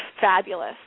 fabulous